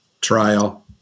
trial